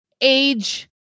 age